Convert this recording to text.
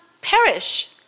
perish